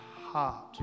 heart